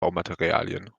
baumaterialien